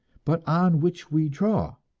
but on which we draw.